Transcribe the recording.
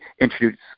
introduce